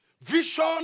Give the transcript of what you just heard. Vision